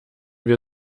wir